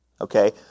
okay